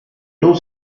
non